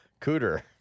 Cooter